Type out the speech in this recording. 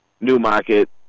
Newmarket